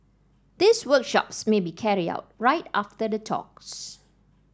these workshops may be carried out right after the talks